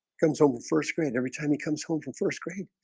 comes home with first grade every time he comes home from first grade.